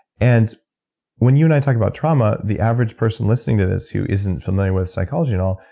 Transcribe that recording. and when you and i talk about trauma, the average person listening to this who isn't familiar with psychology and all,